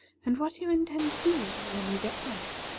and what you intend to do when you get there.